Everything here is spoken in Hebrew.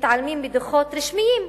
מתעלמים מדוחות רשמיים,